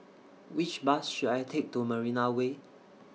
Which Bus should I Take to Marina Way